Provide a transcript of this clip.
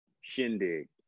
Shindig